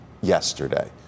yesterday